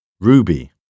Ruby